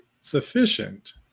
sufficient